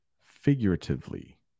figuratively